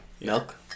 Milk